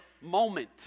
moment